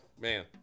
man